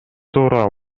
туура